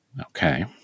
okay